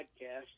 podcast